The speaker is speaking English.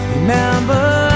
Remember